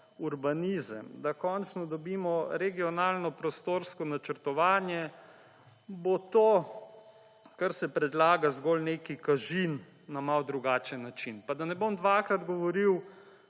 urbanizem, da končno dobimo regionalno prostorsko načrtovanje, bo to ker se predlaga zgolj nek kažin na malo drugačen način. Pa da ne bom dvakrat govori,